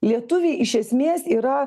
lietuviai iš esmės yra